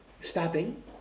stopping